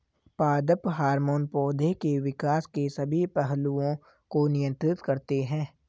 पादप हार्मोन पौधे के विकास के सभी पहलुओं को नियंत्रित करते हैं